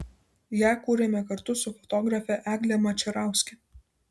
ją kūrėme kartu su fotografe egle mačerauske